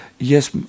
Yes